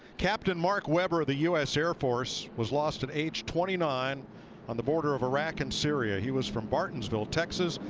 captain mark webber of the u s. air force was lost at age twenty nine on the border of iraq and syria. he was from martinsville, texas.